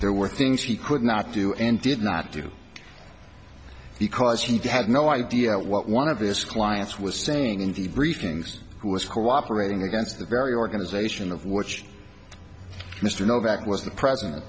there were things he could not do and did not do because he had no idea what one of his clients was saying in the briefings who was cooperating against the very organization of which mr novak was the president